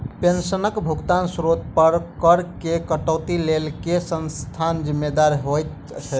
पेंशनक भुगतानक स्त्रोत पर करऽ केँ कटौतीक लेल केँ संस्था जिम्मेदार होइत छैक?